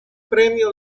premio